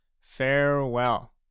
Farewell